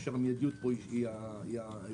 כאשר המיידיות פה היא הרעיון.